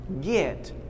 get